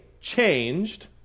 changed